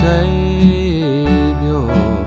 Savior